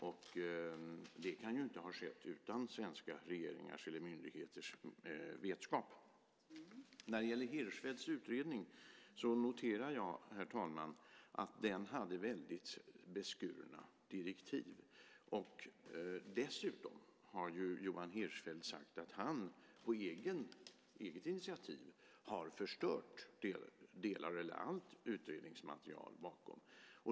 Detta kan inte ha skett utan den svenska regeringens eller svenska myndigheters vetskap. När det gäller Hirschfeldts utredning noterar jag, herr talman, att den hade väldigt beskurna direktiv. Dessutom har Johan Hirschfeldt sagt att han på eget initiativ har förstört delar av eller allt utredningsmaterial bakom.